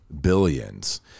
billions